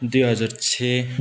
दुई हजार छे